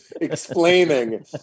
explaining